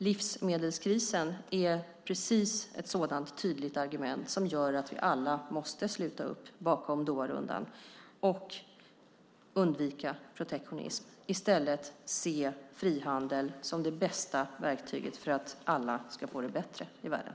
Livsmedelskrisen är precis ett sådant tydligt argument som gör att vi alla måste sluta upp bakom Doharundan och undvika protektionism och i stället se frihandel som det bästa verktyget för att alla ska få det bättre i världen.